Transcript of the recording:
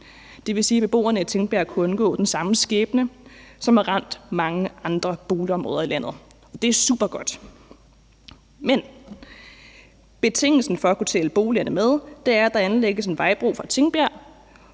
Det vil sige, at beboerne i Tingbjerg kunne undgå den samme skæbne, som har ramt mange andre boligområder i landet. Det er supergodt. Men betingelsen for at kunne tælle boligerne med er, at der anlægges en vejbro fra Tingbjerg